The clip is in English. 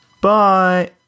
Bye